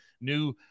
new